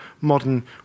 modern